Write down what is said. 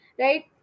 right